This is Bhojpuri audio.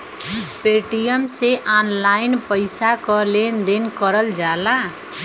पेटीएम से ऑनलाइन पइसा क लेन देन करल जाला